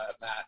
Matt